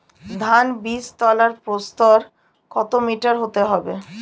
ধান বীজতলার প্রস্থ কত মিটার হতে হবে?